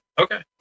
Okay